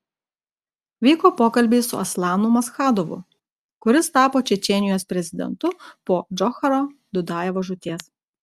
vyko pokalbiai su aslanu maschadovu kuris tapo čečėnijos prezidentu po džocharo dudajevo žūties